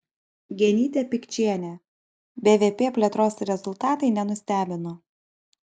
genytė pikčienė bvp plėtros rezultatai nenustebino